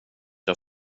jag